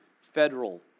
federal